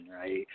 right